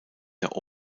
der